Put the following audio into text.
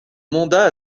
mandat